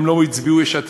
הם לא הצביעו יש עתיד,